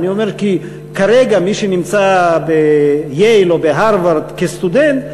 אני אומר שמי שנמצא כרגע בייל או בהרווארד כסטודנט,